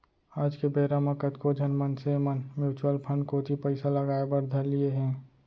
आज के बेरा म कतको झन मनसे मन म्युचुअल फंड कोती पइसा लगाय बर धर लिये हें